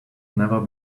never